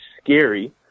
scary